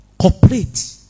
Complete